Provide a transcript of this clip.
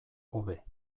hobe